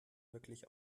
wirklich